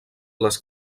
les